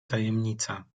tajemnica